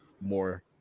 more